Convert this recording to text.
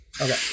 Okay